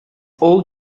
all